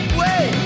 wait